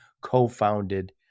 co-founded